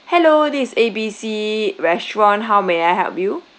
hello this is A B C restaurant how may I help you